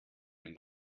den